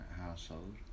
household